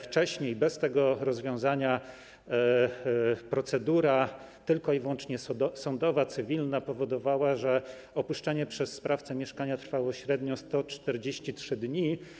Wcześniej, bez tego rozwiązania, procedura wyłącznie sądowa, cywilna powodowała, że opuszczanie przez sprawcę mieszkania trwało średnio 143 dni.